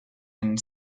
and